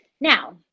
Now